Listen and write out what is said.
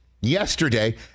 yesterday